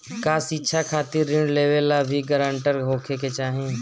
का शिक्षा खातिर ऋण लेवेला भी ग्रानटर होखे के चाही?